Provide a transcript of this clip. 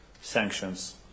sanctions